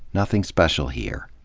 nothing special here.